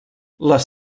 les